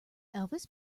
elvis